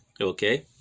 Okay